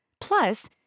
Plus